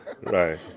Right